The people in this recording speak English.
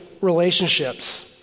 relationships